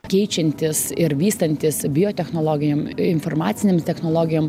keičiantis ir vystantis biotechnologijom informacinėms technologijom